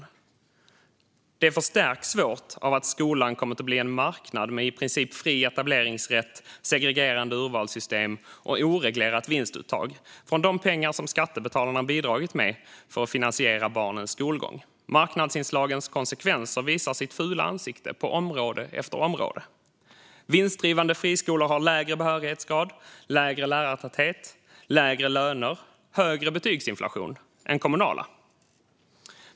Lärarbristen förstärks svårt av att skolan har kommit att bli en marknad med i princip fri etableringsrätt, segregerande urvalssystem och oreglerat vinstuttag från de pengar som skattebetalarna har bidragit med för att finansiera barnens skolgång. Marknadsinslagens konsekvenser visar sitt fula ansikte på område efter område. Vinstdrivande friskolor har lägre behörighetsgrad, lägre lärartäthet, lägre löner och högre betygsinflation än kommunala skolor.